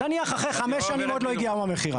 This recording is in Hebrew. נניח, אחרי 5 שנים עדיין לא הגיע יום המכירה.